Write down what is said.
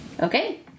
Okay